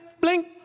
blink